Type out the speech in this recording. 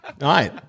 right